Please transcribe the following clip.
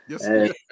Yes